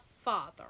father